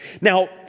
Now